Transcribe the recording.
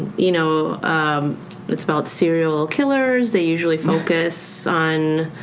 you know it's about serial killers. they usually focus on